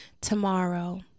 tomorrow